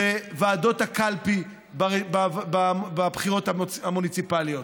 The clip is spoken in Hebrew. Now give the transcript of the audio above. בוועדות הקלפי בבחירות המוניציפליות?